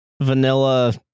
vanilla